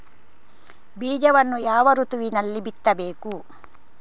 ಬೀಜವನ್ನು ಯಾವ ಋತುವಿನಲ್ಲಿ ಬಿತ್ತಬೇಕು?